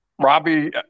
Robbie